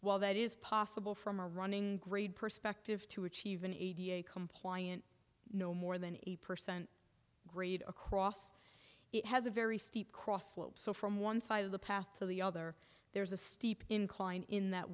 while that is possible from a running grade perspective to achieving a compliant no more than eight percent grade across it has a very steep cross slope so from one side of the path to the other there's a steep incline in that